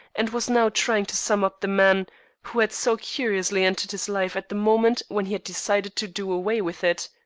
and was now trying to sum up the man who had so curiously entered his life at the moment when he had decided to do away with it.